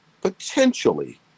potentially